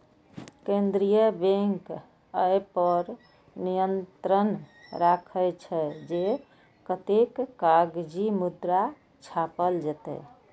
केंद्रीय बैंक अय पर नियंत्रण राखै छै, जे कतेक कागजी मुद्रा छापल जेतै